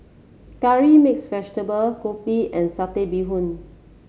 Curry Mixed Vegetable Kopi and Satay Bee Hoon